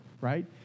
right